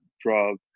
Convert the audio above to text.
drug